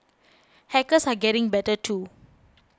hackers are getting better too